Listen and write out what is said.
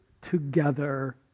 together